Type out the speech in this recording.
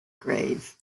grave